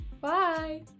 Bye